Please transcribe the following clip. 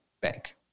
bank